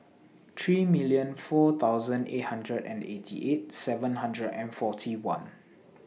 three million four thousand eighty hundred and eighty eight seven hundred and forty one